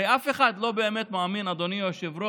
הרי אף אחד לא באמת מאמין, אדוני היושב-ראש,